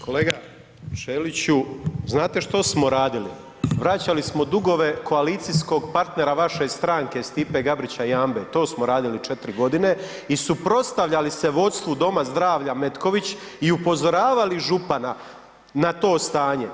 Kolega Ćeliću, znate što smo radili, vraćali smo dugove koalicijskog partnera vaše stranke Stipe Gabrića Jambe, to smo radili 4 godine i suprotstavljali se vodstvu Dom zdravlja Metković i upozoravali župana na to stanje.